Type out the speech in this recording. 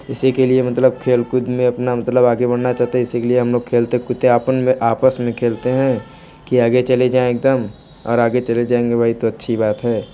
इसी के लिए मतलब खेलकूद में अपना मतलब आगे बढ़ना चाहते है इसी के लिए हम लोग खेलते कुदते है आपन में आपस में खेलते हैं कि आगे चले जाएँ एकदम और आगे चल जाएंगे वही तो अच्छी बात है